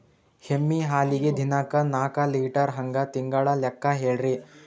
ಎಮ್ಮಿ ಹಾಲಿಗಿ ದಿನಕ್ಕ ನಾಕ ಲೀಟರ್ ಹಂಗ ತಿಂಗಳ ಲೆಕ್ಕ ಹೇಳ್ರಿ?